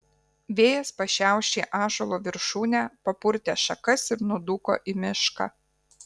vėjas pašiaušė ąžuolo viršūnę papurtė šakas ir nudūko į mišką